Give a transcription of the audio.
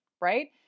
right